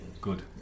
good